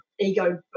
ego